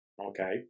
okay